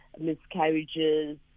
miscarriages